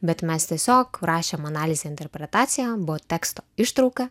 bet mes tiesiog rašėm analizę interpretaciją abu teksto ištrauka